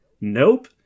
Nope